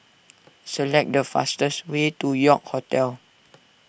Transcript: select the fastest way to York Hotel